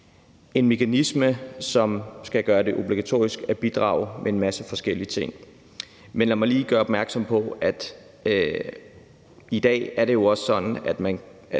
en mekanisme, som skal gøre det obligatorisk at bidrage med en masse forskellige ting. Men lad mig lige gøre opmærksom på, at i dag er det jo også sådan, at man